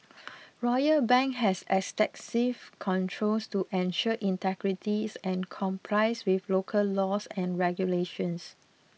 Royal Bank has extensive controls to ensure integrity and complies with local laws and regulations